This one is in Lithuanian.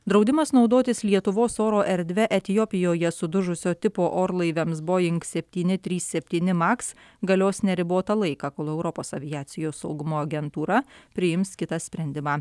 draudimas naudotis lietuvos oro erdve etiopijoje sudužusio tipo orlaiviams boing septyni trys septyni maks galios neribotą laiką kol europos aviacijos saugumo agentūra priims kitą sprendimą